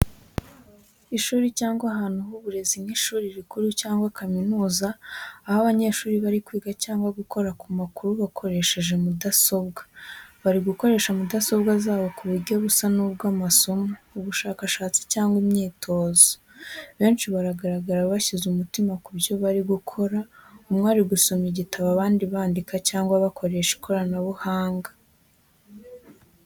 Ishuri cyangwa ahantu h'uburezi nk’ishuri rikuru cyangwa kaminuza, aho abanyeshuri bari kwiga cyangwa gukora ku makuru bakoresheje mudasobwa. Bari gukoresha mudasobwa zabo ku buryo busa n’ubw’amasomo, ubushakashatsi cyangwa imyitozo. Benshi baragaragara bashyize umutima ku byo bari gukora umwe ari gusoma igitabo abandi bandika cyangwa bakoresha ikoranabuhanga.